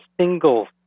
single